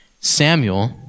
Samuel